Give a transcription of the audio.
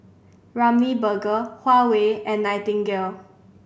Ramly Burger Huawei and Nightingale